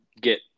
get